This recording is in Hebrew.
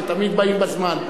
שתמיד באים בזמן.